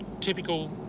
typical